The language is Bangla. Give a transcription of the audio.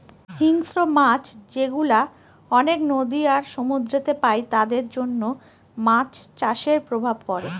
হিংস্র মাছ যেগুলা অনেক নদী আর সমুদ্রেতে পাই তাদের জন্য মাছ চাষের প্রভাব পড়ে